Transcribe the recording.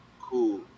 Cool